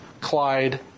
Clyde